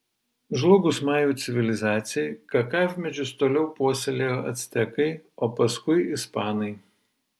žlugus majų civilizacijai kakavmedžius toliau puoselėjo actekai o paskui ispanai